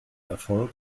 erfolg